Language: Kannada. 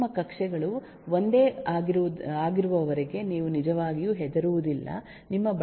ನಿಮ್ಮ ಕಕ್ಷೆಗಳು ಒಂದೇ ಆಗಿರುವವರೆಗೂ ನೀವು ನಿಜವಾಗಿಯೂ ಹೆದರುವುದಿಲ್ಲ ನಿಮ್ಮ ಬಳಕೆಯ ಮಾದರಿ ಒಂದೇ ಆಗಿರುತ್ತದೆ